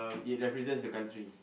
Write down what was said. um it represents the country